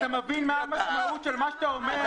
אתה מבין מה המשמעות של מה שאתה אומר?